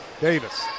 Davis